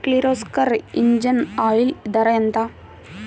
Kirloskar engine oil ధర ఎంత?